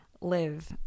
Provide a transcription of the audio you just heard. live